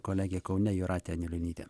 kolegė kaune jūratė anilionytė